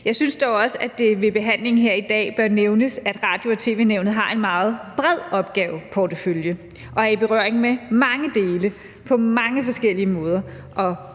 Jeg synes dog også, at det ved behandlingen her i dag bør nævnes, at Radio- og tv-nævnet har en meget bred opgaveportefølje og er i berøring med mange dele på mange forskellige måder